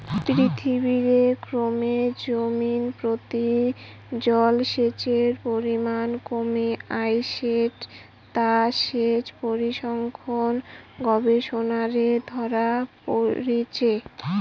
পৃথিবীরে ক্রমে জমিনপ্রতি জলসেচের পরিমান কমি আইসেঠে তা সেচ পরিসংখ্যান গবেষণারে ধরা পড়িচে